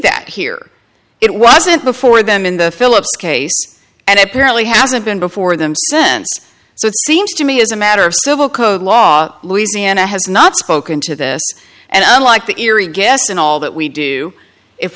that here it wasn't before them in the phillips case and apparently hasn't been before them sense so it seems to me as a matter of civil code law louisiana has not spoken to this and unlike the erie guess and all that we do if